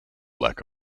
lack